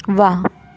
वाह